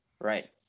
Right